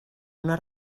una